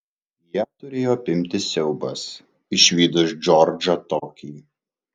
ją turėjo apimti siaubas išvydus džordžą tokį